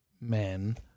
men